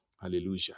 Hallelujah